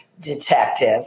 detective